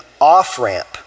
off-ramp